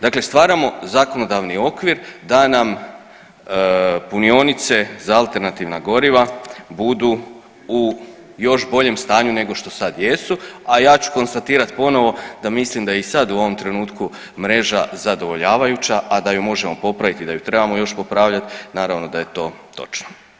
Dakle, stvaramo zakonodavni okvir da nam punionice za alternativna goriva budu u još boljem stanju nego što sad jesu, a ja ću konstatirat ponovo da mislim da je i sad u ovom trenutku mreža zadovoljavajuća, a da ju možemo popraviti i da ju trebamo još popravljat naravno da je to točno.